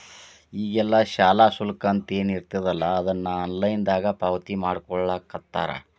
ಈಗೆಲ್ಲಾ ಶಾಲಾ ಶುಲ್ಕ ಅಂತೇನಿರ್ತದಲಾ ಅದನ್ನ ಆನ್ಲೈನ್ ದಾಗ ಪಾವತಿಮಾಡ್ಕೊಳ್ಳಿಖತ್ತಾರ